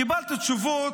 קיבלתי תשובות,